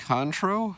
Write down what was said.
Contro